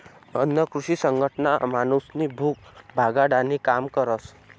अन्न कृषी संघटना माणूसनी भूक भागाडानी काम करस